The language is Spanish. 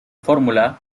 fórmula